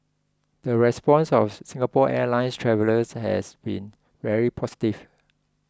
the response of Singapore Airlines travellers has been very positive